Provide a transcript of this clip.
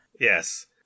Yes